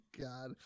God